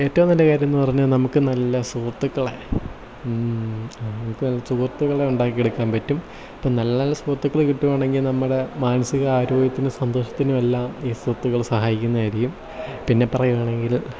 ഏറ്റവും നല്ല കാര്യം എന്ന് പറഞ്ഞാൽ നമുക്ക് നല്ല സുഹൃത്തുക്കളെ നമുക്ക് സുഹൃത്തുക്കളെ ഉണ്ടാക്കിയെടുക്കാൻ പറ്റും ഇപ്പം നല്ല നല്ല സുഹൃത്തുക്കളെ കിട്ടുകയാണെങ്കിൽ നമ്മുടെ മാനസിക ആരോഗ്യത്തിനും സന്തോഷത്തിനും എല്ലാം ഈ സുഹൃത്തുക്കൾ സഹായിക്കുന്നതായിരിക്കും പിന്നെ പറയുകയാണെങ്കിൽ